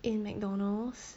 in McDonald's